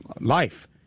life